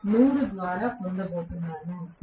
02 minus 100 ద్వారా పొందబోతున్నాను